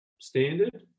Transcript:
standard